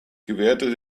gewährte